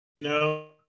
No